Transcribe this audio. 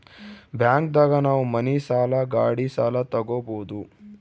bank ದಾಗ ನಾವ್ ಮನಿ ಸಾಲ ಗಾಡಿ ಸಾಲ ತಗೊಬೋದು